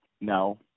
No